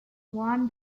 won